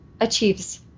achieves